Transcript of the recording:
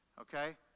Okay